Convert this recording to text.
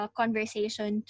conversation